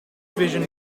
vision